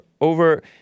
over